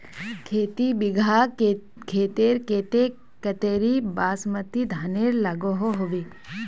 खेती बिगहा खेतेर केते कतेरी बासमती धानेर लागोहो होबे?